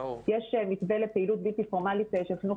יש מתווה לפעילות בלתי פורמלית של חינוך